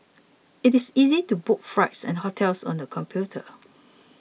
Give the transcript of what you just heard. it is easy to book flights and hotels on the computer